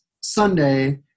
Sunday